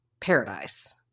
Paradise